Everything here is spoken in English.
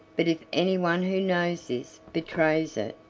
but if anyone who knows this betrays,